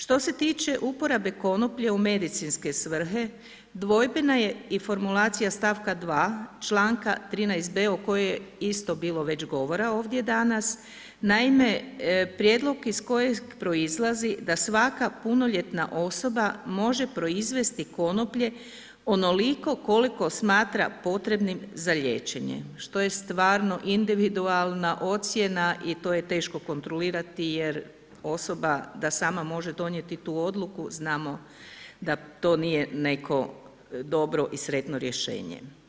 Što se tiče uporabe konoplje u medicinske svrhe, dvojbena je i formulacija stavka 2. članka 13b o kojem je isto bilo već govora ovdje danas. naime, prijedlog iz kojeg proizlazi da svaka punoljetna osoba može proizvesti konoplje onoliko koliko smatra potrebnim za liječenje što je stvarno individualna ocjena i to je teško kontrolirati jer osoba da sama može donijeti tu odluku znamo da to nije neko dobro i sretno rješenje.